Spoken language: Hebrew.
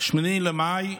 8 במאי,